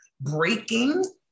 breaking